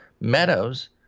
Meadows